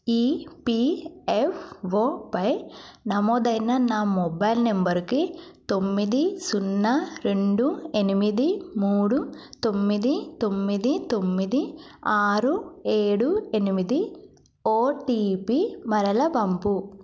ఈపిఎఫ్ఓపై నమోదైన నా మొబైల్ నంబరుకి తొమ్మిది సున్నా రెండు ఎనిమిది మూడు తొమ్మిది తొమ్మిది తొమ్మిది ఆరు ఏడు ఎనిమిది ఓటీపీ మరలా పంపు